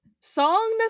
song